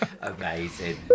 Amazing